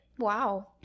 Wow